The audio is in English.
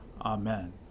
Amen